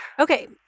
Okay